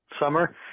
summer